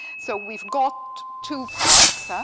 so we've got two parts, ah